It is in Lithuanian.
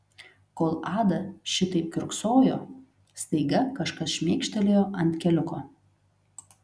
kol ada šitaip kiurksojo staiga kažkas šmėkštelėjo ant keliuko